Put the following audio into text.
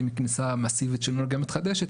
עם כניסה מסיבית של אנרגיה מתחדשת,